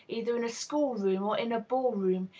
either in a school-room or in a ball-room,